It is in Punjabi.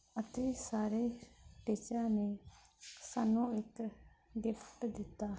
ਅਤੇ ਸਾਰੇ ਟੀਚਰਾਂ ਨੇ ਸਾਨੂੰ ਇੱਕ ਗਿਫਟ ਦਿੱਤਾ